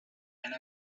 and